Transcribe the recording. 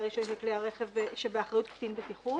הרישוי של כלי הרכב שבאחריות קצין הבטיחות".